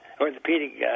orthopedic